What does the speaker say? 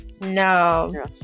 no